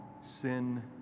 sin